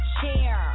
share